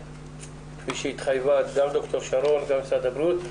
כפי שהתחייבה גם דוקטור שרון וגם משרד הבריאות.